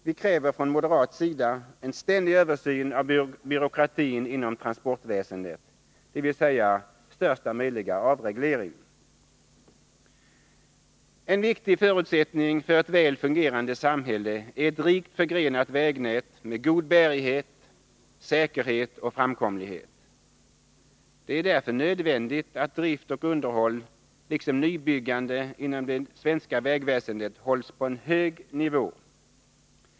Vi kräver från moderat sida en ständig översyn av byråkratin inom transportväsendet, dvs. största möjliga avreglering. En viktig förutsättning för ett väl fungerande samhälle är ett rikt förgrenat vägnät med god bärighet, säkerhet och framkomlighet. Det är därför nödvändigt att drift och underhåll liksom nybyggande inom det svenska vägväsendet hålls på en hög nivå.